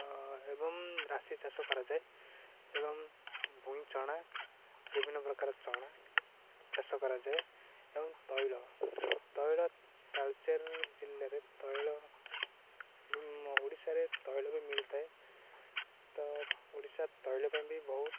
ଏବଂ ରାଶି ଚାଷ କରାଯାଏ ଏବଂ ଭୁଇଁ ଚଣା ବିଭିନ୍ନ ପ୍ରକାର ଚଣା ଚାଷ କରାଯାଏ ଏବଂ ତୈଳ ତୈଳ ତାଳଚାର ଜିଲ୍ଲାରେ ତୈଳ ଓଡ଼ିଶାରେ ତୈଳ ବି ମିଳିଥାଏ ତ ଓଡ଼ିଶା ତୈଳ ପାଇଁ ବି ବହୁତ